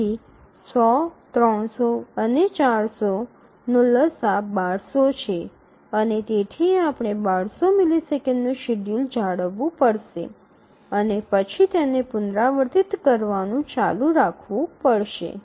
તેથી ૧00 ૩00 અને ૪00નો લસાઅ ૧૨00 છે અને તેથી આપણે ૧૨00 મિલિસેકંડનું શેડ્યૂલ જાળવવું પડશે અને પછી તેને પુનરાવર્તિત કરવાનું ચાલુ રાખવું પડશે